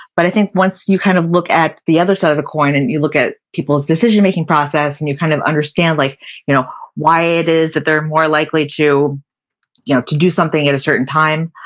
but i think once you kind of look at the other side of the coin and you look at people's decision making process and you kind of understand like you know why it is that they're more likely to yeah to do something at a certain time,